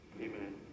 Amen